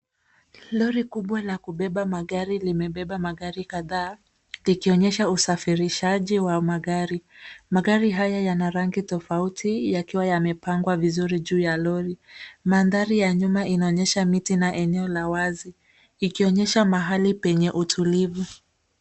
Lori kubwa la kubeba magari limebeba magari kadhaa likionyesha usafirishaji wa magari. Magari haya yana rangi tofauti yakiwa yamepangwa vizuri juu ya lori. Mandhari ya nyuma inaonyesha miti na eneo la wazi ikionyesha mahali penye utulivu.